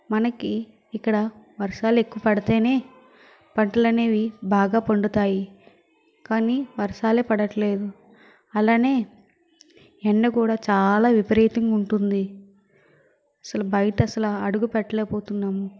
మనకి ఇక్కడ వర్షాలు ఎక్కువ పడితేనే పంటలనేవి బాగా పండుతాయి కానీ వర్షాలే పడట్లేదు అలానే ఎండ కూడా చాలా విపరీతంగా ఉంటుంది అసలు బయట అసలు అడుగు పెట్టలేక పోతున్నాము